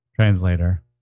translator